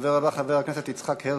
הדובר הבא, חבר הכנסת יצחק הרצוג,